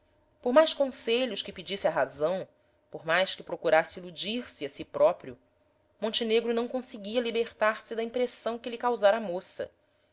por mais conselhos que pedisse à razão por mais que procurasse iludir-se a si próprio montenegro não conseguia libertar-se da impressão que lhe causara a moça